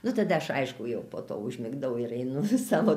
nu tada aš aišku jau po to užmigdau ir einu su savo